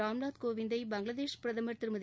ராம்நாத் கோவிந்தை பங்களாதேஷ் பிரதமர் திருமதி